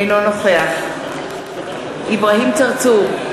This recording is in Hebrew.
אינו נוכח אברהים צרצור,